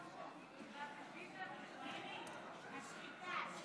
להלן תוצאות ההצבעה: נגד, 59,